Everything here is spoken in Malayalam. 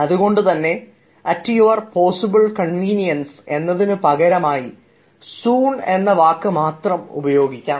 അതുകൊണ്ടുതന്നെ അറ്റ് യുവർ പോസിബിൾ കൺവീനിയൻസ് അതിന് പകരമായി സൂൺ എന്ന വാക്ക് മാത്രം ഉപയോഗിക്കാം